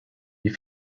die